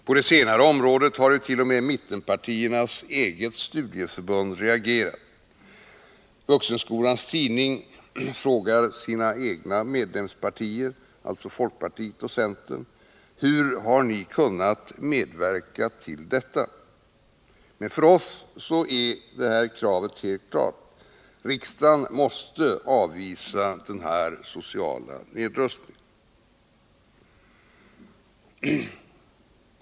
På det senare området har ju t.o.m. mittenpartiernas eget studieförbund reagerat. Vuxenskolans tidning frågar sina egna medlemspartier, folkpartiet och centern: Hur har ni kunnat medverka till detta? För oss är kravet helt klart. Riksdagen måste avvisa denna sociala nedrustning.